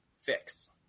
fix